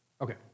Okay